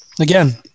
again